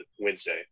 Wednesday